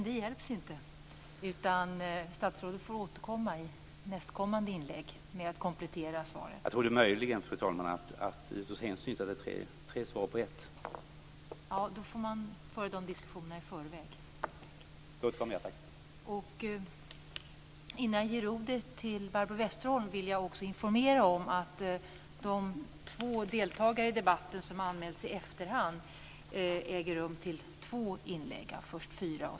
Det hjälps inte. Statsrådet får återkomma i nästa inlägg och komplettera svaret. Vill man ha förlängd tid får man föra den diskussionen i förväg.